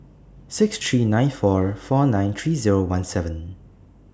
six three nine four four nine three Zero one seven